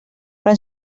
però